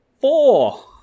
four